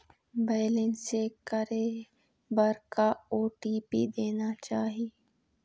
Balance check करे बर का ओ.टी.पी देना चाही?